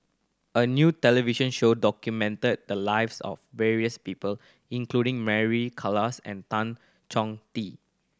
a new television show documented the lives of various people including Mary Klass and Tan Chong Tee